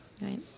Right